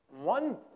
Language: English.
One